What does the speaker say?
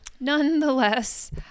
nonetheless